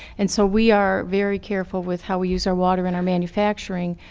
and so we are very careful with how we use our water in our manufacturing.